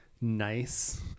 nice